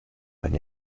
eine